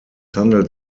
handelt